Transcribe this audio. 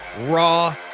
raw